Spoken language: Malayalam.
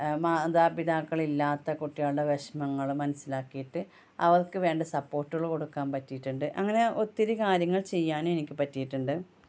മാതാപിതാക്കളില്ലാത്ത കുട്ടികളുടെ വിഷമങ്ങള് മനസ്സിലാക്കിയിട്ട് അവർക്ക് വേണ്ട സപ്പോർട്ടുകൾ കൊടുക്കാൻ പറ്റിയിട്ടുണ്ട് അങ്ങനെ ഒത്തിരി കാര്യങ്ങൾ ചെയ്യാൻ എനിക്ക് പറ്റിയിട്ടുണ്ട്